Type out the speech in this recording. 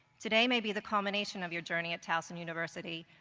today may be the compilation of your journey at towson university,